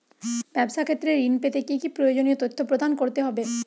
ব্যাবসা ক্ষেত্রে ঋণ পেতে কি কি প্রয়োজনীয় তথ্য প্রদান করতে হবে?